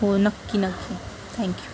हो नक्की नक्की थँक्यू